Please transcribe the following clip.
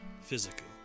physical